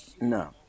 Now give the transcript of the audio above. No